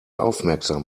aufmerksam